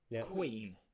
Queen